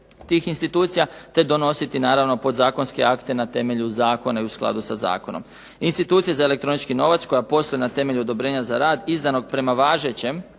institucija te donositi podzakonske akte na temelju zakona i u skladu sa zakonom. Institucija za elektronički novac koja posluje na temelju odobrenja za rad izdanog prema važećem,